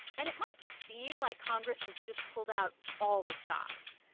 and it might seem like congress has just pulled out all the stops.